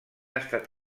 estat